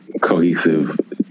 cohesive